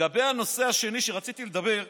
לגבי הנושא השני שרציתי לדבר עליו,